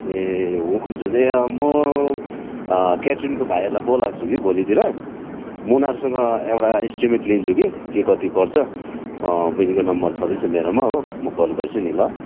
ए हुन्छ यहाँ म क्याटरिङको भाइहरूलाई बोलाएको छु कि भोलितिर म उनीहरूसँग एउटा इस्टिमेट लिन्छु कि के कति पर्छ बहिनीको नम्बर छँदै छ मेरोमा हो म कल गर्छु नि ल